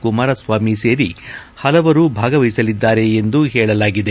ಕುಮಾರಸ್ವಾಮಿ ಸೇರಿ ಹಲವರು ಭಾಗವಹಿಸಲಿದ್ದಾರೆ ಎಂದು ಹೇಳಲಾಗಿದೆ